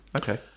okay